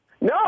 No